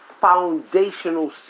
foundational